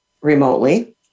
remotely